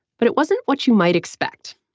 but it wasn't what you might expect.